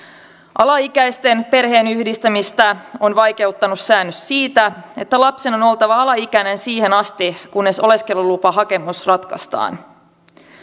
alaikäisten perheenyhdistämistä on vaikeuttanut säännös siitä että lapsen on on oltava alaikäinen siihen asti kunnes oleskelulupahakemus ratkaistaan